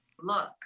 Look